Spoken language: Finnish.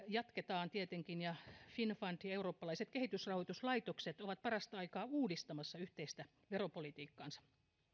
jatketaan tietenkin ja finnfund ja eurooppalaiset kehitysrahoituslaitokset ovat parasta aikaa uudistamassa yhteistä veropolitiikkaansa